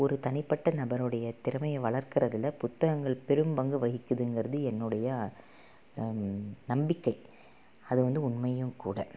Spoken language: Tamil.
ஒரு தனிப்பட்ட நபருடைய திறமையை வளர்க்கறதில் புத்தகங்கள் பெரும் பங்கு வகிக்கிறதுங்கறது என்னுடைய நம்பிக்கை அது வந்து உண்மையும் கூட